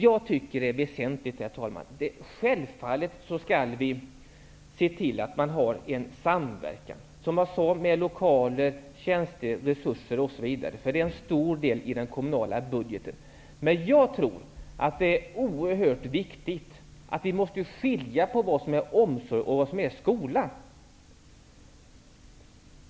Jag tycker att det är väsentligt att vi ser till att det sker en samverkan angående lokaler, tjänster, resurser osv. De utgör en stor del av den kommunala budgeten. Men det är oerhört viktigt att skilja på vad som är omsorg och vad som är skola.